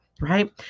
right